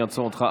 אני אעצור אותך.